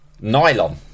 nylon